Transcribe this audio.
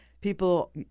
People